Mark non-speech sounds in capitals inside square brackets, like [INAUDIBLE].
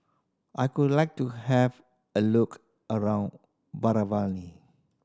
I would like to have a look around [UNINTELLIGIBLE]